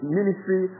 ministry